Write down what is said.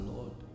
Lord